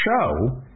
show